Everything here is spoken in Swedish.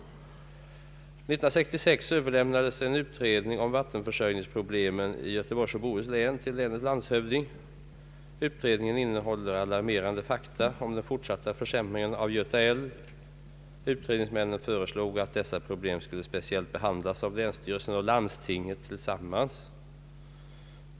1966 överlämnades en utredning om vattenförsörjningsproblemen i Göteborgs och Bohus län till länets landshövding. I utredningen redovisades alarmerande fakta om den fortsatta försämringen av Göta älv. Utredningsmännen föreslog att dessa problem speciellt skulle behandlas av länsstyrelsen och landstinget tillsammans.